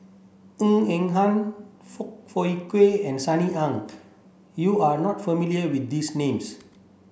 Ng Eng Hen Foong Fook Kay and Sunny Ang You are not familiar with these names